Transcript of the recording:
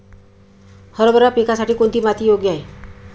हरभरा पिकासाठी कोणती माती योग्य आहे?